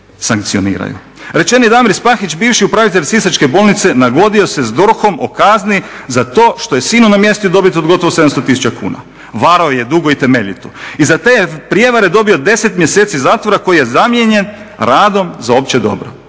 Rečeni Damir Pahić, bivši upravitelj Sisačke bolnice, nagodio se s DORH-om o kazni za to što je sinu namjestio dobit od gotovo 700 tisuća kuna. Varao je dugo i temeljito. I za te je prevare dobio 10 mjeseci zatvora koji je zamijenjen radom za opće dobro.